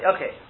Okay